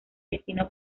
destinó